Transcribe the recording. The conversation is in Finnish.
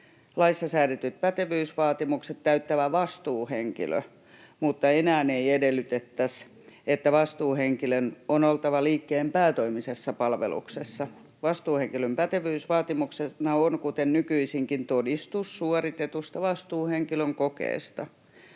laissa säädetyt pätevyysvaatimukset täyttävä vastuuhenkilö, mutta enää ei edellytettäisi, että vastuuhenkilön on oltava liikkeen päätoimisessa palveluksessa. Vastuuhenkilön pätevyysvaatimuksena on, kuten nykyisinkin, todistus suoritetusta vastuuhenkilön kokeesta.